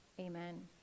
Amen